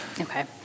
Okay